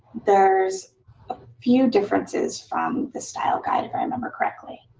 there's a few differences from the style guide, if i remember correctly.